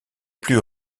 plus